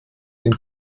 den